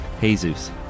Jesus